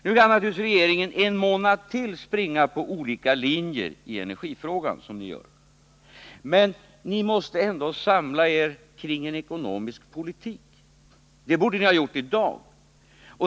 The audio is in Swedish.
Nu kan naturligtvis regeringen ytterligare en månad springa på olika linjer i energifrågan. Men ni måste ändå samla er kring en ekonomisk politik. Det borde ni ha gjort i dag.